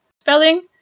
spelling